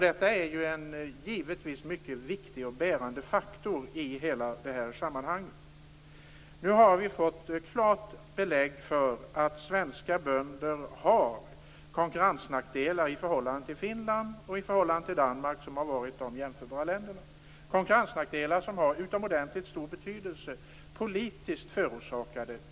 Detta är givetvis en mycket viktig och bärande faktor i hela sammanhanget. Nu har vi fått klart belägg för att svenska bönder har konkurrensnackdelar i förhållande till Finland och Danmark, som har varit de jämförbara länderna. Dessa politiskt förorsakade konkurrensnackdelar har utomordentligt stor betydelse.